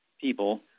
people